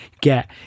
get